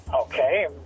Okay